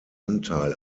anteil